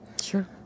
Sure